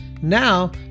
Now